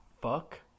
fuck